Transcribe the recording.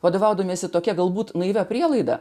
vadovaudamiesi tokia galbūt naivia prielaida